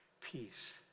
Peace